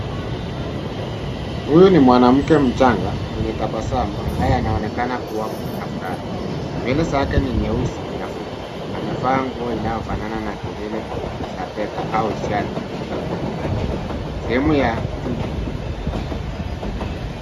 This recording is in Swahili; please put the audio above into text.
Huyu ni mwanamke mchanga nwenye tabasamu ambaye anaonekana kuwa na furaha. Nywele zake ni nyeusi na fupi. Amevaa nguo inayofanana na kelele za bega au shati lililo na mikono. Sehemu ya juu.